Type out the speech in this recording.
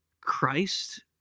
Christ